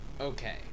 Okay